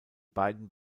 beiden